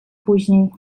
później